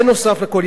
נוסף על הכול,